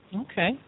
Okay